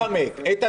אל תתחמק, איתן.